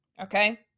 okay